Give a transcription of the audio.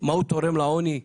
מה הוא תורם לעוני?